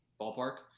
ballpark